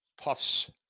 Puff's